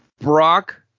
Brock